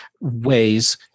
ways